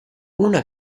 una